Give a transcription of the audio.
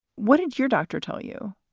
what did your doctor tell you?